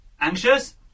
Anxious